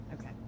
okay